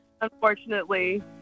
unfortunately